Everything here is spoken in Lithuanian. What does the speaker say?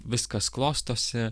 viskas klostosi